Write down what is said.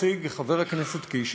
שהציג חבר הכנסת קיש,